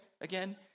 again